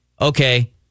okay